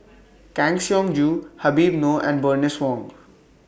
Kang Siong Joo Habib Noh and Bernice Wong